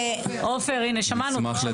עופר, הינה, שמענו אותך.